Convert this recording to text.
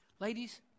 ladies